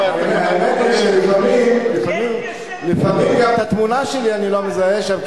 האמת היא שלפעמים גם את התמונה שלי אני לא מזהה שם,